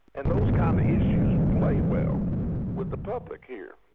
and those kind of issues play well with the public here.